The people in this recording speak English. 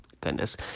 Goodness